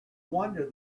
wonder